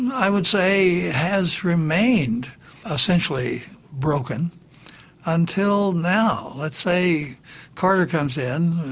i would say has remained essentially broken until now. let's say carter comes in,